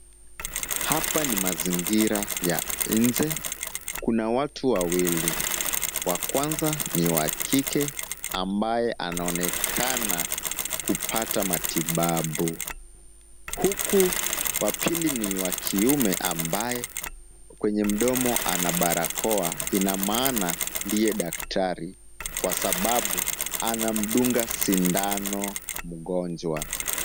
Hapa ni mazingira ya nje, kuna watu wawili wa kwanza ni wa kike ambaye anaonekana kupata matibabu. Huku wa pili ni wa kiume ambaye kwenye mdomo ana barakoa ina maana ndiye daktari kwa sababu anamdunga sindano mgonjwa.